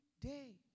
day